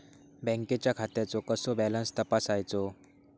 बँकेच्या खात्याचो कसो बॅलन्स तपासायचो?